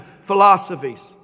philosophies